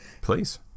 please